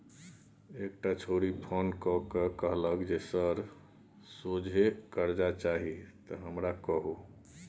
एकटा छौड़ी फोन क कए कहलकै जे सर सोझे करजा चाही त हमरा कहु